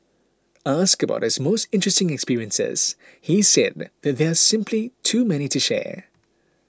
asked about his most interesting experiences he said that there are simply too many to share